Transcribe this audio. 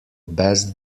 best